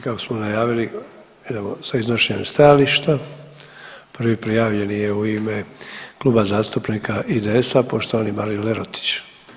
I kako smo najavili idemo sa: - Iznošenjem stajališta Prvi prijavljeni je u ime Klub zastupnika IDS-a poštovani Marin Lerotić.